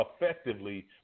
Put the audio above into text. Effectively